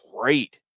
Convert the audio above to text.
great